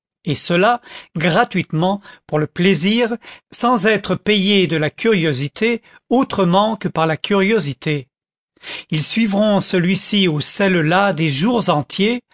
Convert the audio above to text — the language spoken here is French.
et cela gratuitement pour le plaisir sans être payés de la curiosité autrement que par la curiosité ils suivront celui-ci ou celle-là des jours entiers